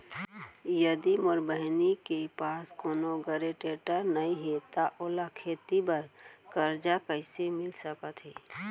यदि मोर बहिनी के पास कोनो गरेंटेटर नई हे त ओला खेती बर कर्जा कईसे मिल सकत हे?